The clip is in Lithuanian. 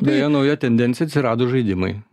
beje nauja tendencija atsirado žaidimai